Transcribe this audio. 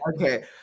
okay